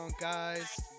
guys